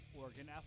Oregon